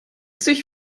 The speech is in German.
sich